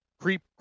creep